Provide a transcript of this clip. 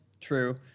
True